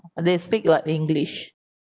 they speak what english